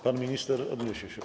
Pan minister odniesie się.